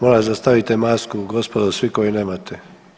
Molim vas da stavite masku gospodo svi koji nemate.